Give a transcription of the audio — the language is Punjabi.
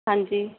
ਹਾਂਜੀ